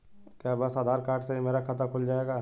क्या बस आधार कार्ड से ही मेरा खाता खुल जाएगा?